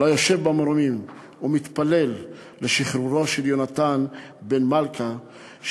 ליושב במרומים ומתפלל לשחרורו של יונתן בן מלכה,